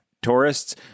tourists